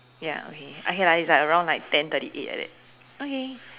ya okay okay okay lah it's round ten thirty eight like that okay